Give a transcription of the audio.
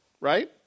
right